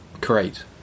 create